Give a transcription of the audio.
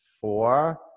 Four